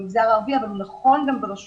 במגזר הערבי אבל הוא נכון גם ברשויות